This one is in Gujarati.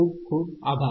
ખુબ ખુબ આભાર